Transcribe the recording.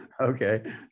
Okay